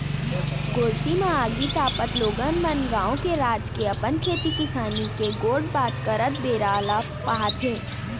गोरसी म आगी तापत लोगन मन गाँव के, राज के, अपन खेती किसानी के गोठ बात करत बेरा ल पहाथे